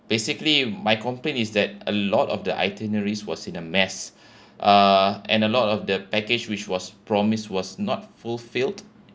basically my complaint is that a lot of the itineraries was in a mess uh and a lot of the package which was promised was not fulfilled